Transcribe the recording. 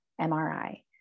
MRI